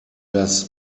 das